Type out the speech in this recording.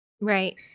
Right